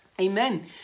Amen